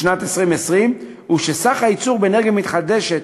לשנת 2020 הוא שסך הייצור מאנרגיה מתחדשת